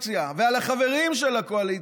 ועל ההתנהלות של הקואליציה ועל החברים של הקואליציה,